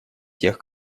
тех